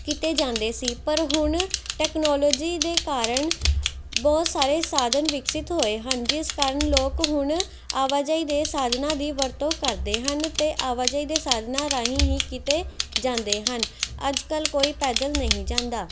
ਕਿਤੇ ਜਾਂਦੇ ਸੀ ਪਰ ਹੁਣ ਟੈਕਨੋਲਜੀ ਦੇ ਕਾਰਨ ਬਹੁਤ ਸਾਰੇ ਸਾਧਨ ਵਿਕਸਿਤ ਹੋਏ ਹਨ ਜਿਸ ਕਾਰਨ ਲੋਕ ਹੁਣ ਆਵਾਜਾਈ ਦੇ ਸਾਧਨਾਂ ਦੀ ਵਰਤੋਂ ਕਰਦੇ ਹਨ ਅਤੇ ਆਵਾਜਾਈ ਦੇ ਸਾਧਨਾਂ ਰਾਹੀਂ ਹੀ ਕਿਤੇ ਜਾਂਦੇ ਹਨ ਅੱਜ ਕੱਲ੍ਹ ਕੋਈ ਪੈਦਲ ਨਹੀਂ ਜਾਂਦਾ